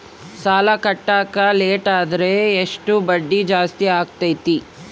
ಸಾಲ ಕಟ್ಟಾಕ ಲೇಟಾದರೆ ಎಷ್ಟು ಬಡ್ಡಿ ಜಾಸ್ತಿ ಆಗ್ತೈತಿ?